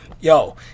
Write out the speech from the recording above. yo